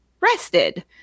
rested